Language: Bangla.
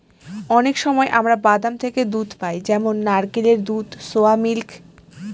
অনেক সময় আমরা বাদাম থেকে দুধ পাই যেমন নারকেলের দুধ, সোয়া মিল্ক